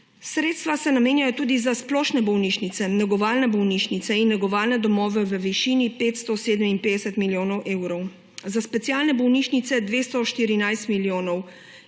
Sredstva se namenjajo tudi za splošne bolnišnice, negovalne bolnišnice in negovalne domove v višini 557 milijonov evrov. Za specialne bolnišnice 214 milijonov